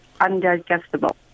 undigestible